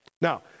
Now